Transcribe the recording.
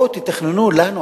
בואו תתכננו לנו,